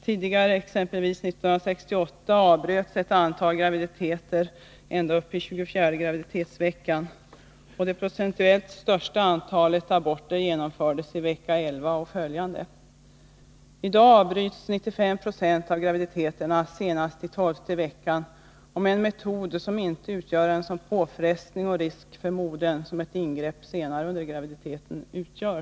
Tidigare, exempelvis 1968, avbröts ett antal graviditeter ända upp i 24:e veckan. Det procentuellt största antalet aborter genomfördes i vecka 11 och följande. I dag avbryts 95 96 av graviditeterna senast i 12:e veckan, och det sker med en metod som inte utgör en sådan påfrestning och risk för modern som ett ingrepp senare under graviditeten utgör.